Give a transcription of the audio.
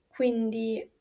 Quindi